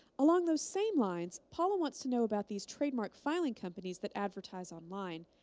along those same lines, paula wants to know about these trademark filing companies that advertise online.